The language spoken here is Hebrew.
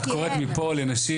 אז את קוראת מפה לנשים.